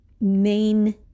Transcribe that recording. main